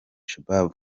shabab